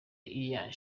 year